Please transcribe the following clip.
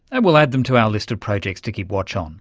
and we'll add them to our list of projects to keep watch on.